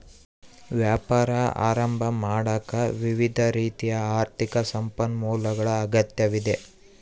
ವ್ಯಾಪಾರ ಆರಂಭ ಮಾಡಾಕ ವಿವಿಧ ರೀತಿಯ ಆರ್ಥಿಕ ಸಂಪನ್ಮೂಲಗಳ ಅಗತ್ಯವಿದೆ